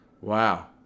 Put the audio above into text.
Wow